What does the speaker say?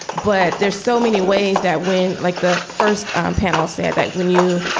but there's so many ways that when like the first um panel say that when you